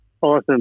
Awesome